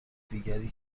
دیگری